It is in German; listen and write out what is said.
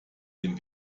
den